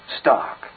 stock